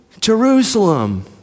Jerusalem